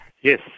yes